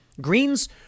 Green's